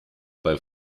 bei